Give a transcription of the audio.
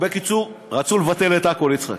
בקיצור, רצו לבטל את הכול, יצחק.